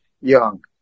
young